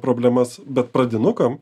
problemas bet pradinukam